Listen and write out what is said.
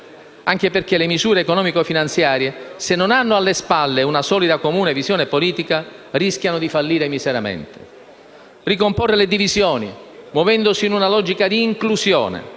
anche perché le misure economico-finanziarie, se non hanno alle spalle una solida comune visione politica, rischiano di fallire miseramente. Ricomporre le divisioni, muovendosi in una logica di inclusione: